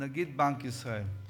נגיד בנק ישראל.